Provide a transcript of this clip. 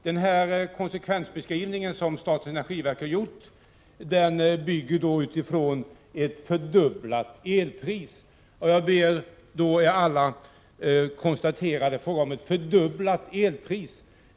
Den konsekvensbeskrivning som statens energiverk har gjort bygger på ett fördubblat elpris. Jag ber er alla att notera att det är fråga om ett fördubblat elpris.